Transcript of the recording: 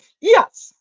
yes